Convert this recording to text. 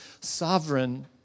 sovereign